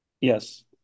Yes